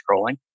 scrolling